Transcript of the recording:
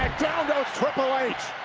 down goes triple h